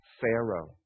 Pharaoh